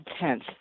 intense